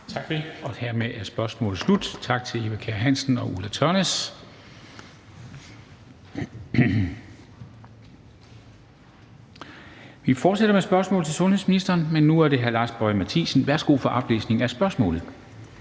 det. Hermed er spørgsmålet slut. Tak til Eva Kjer Hansen og Ulla Tørnæs. Vi fortsætter med spørgsmål til sundhedsministeren, men nu er det hr. Lars Boje Mathiesen som spørger.